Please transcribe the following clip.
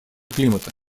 климата